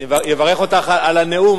אני אברך אותך על הנאום,